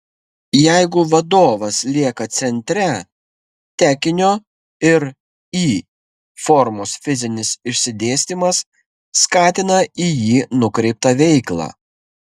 jeigu vadovas lieka centre tekinio ir y formos fizinis išsidėstymas skatina į jį nukreiptą veiklą